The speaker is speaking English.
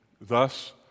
Thus